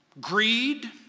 Greed